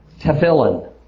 tefillin